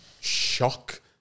shock